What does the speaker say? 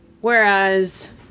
whereas